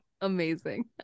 amazing